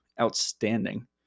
outstanding